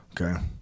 Okay